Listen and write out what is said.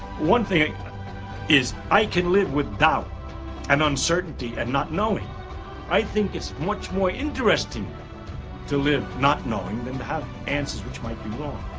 one thing is i can live with doubt and uncertainty and not knowing i think it's much more interesting to live not knowing than to have answers which might be wrong